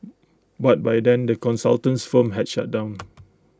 but by then the consultant's firm had shut down